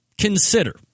consider